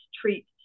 treat